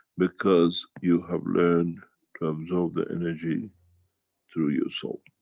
because you have learned to absorb the energy through your soul.